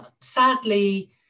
sadly